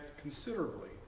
considerably